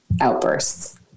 outbursts